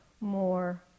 more